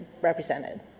represented